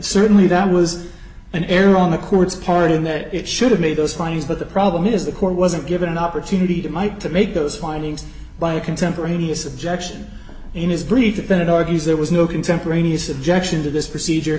certainly that was an error on the court pardon that it should have made those findings but the problem is the court wasn't given an opportunity to mike to make those findings by a contemporaneous objection in his brief defendant argues there was no contemporaneous objection to this procedure